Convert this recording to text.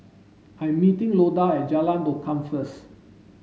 I am meeting Loda at Jalan Lokam first